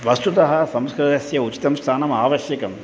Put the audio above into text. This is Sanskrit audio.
वस्तुतः संस्कृतस्य उचितं स्थानमावश्यकम्